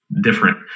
different